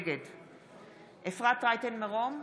נגד אפרת רייטן מרום,